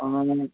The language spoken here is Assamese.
অঁ মানে